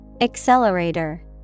Accelerator